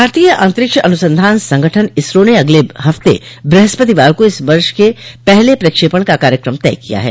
भारतीय अंतरिक्ष अनुसंधान संगठन इसरो ने अगले हफ्ते ब्रहस्पतिवार को इस वर्ष के पहले प्रक्षेपण का कार्यक्रम तय किया है